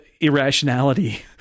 irrationality